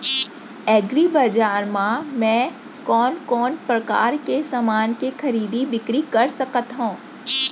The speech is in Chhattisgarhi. एग्रीबजार मा मैं कोन कोन परकार के समान के खरीदी बिक्री कर सकत हव?